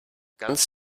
ganz